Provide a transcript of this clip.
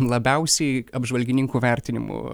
labiausiai apžvalgininkų vertinimu